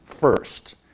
first